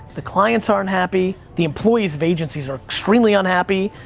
the clients aren't happy, the employees of agencies are extremely unhappy.